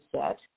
set